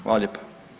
Hvala lijepa.